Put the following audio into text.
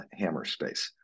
HammerSpace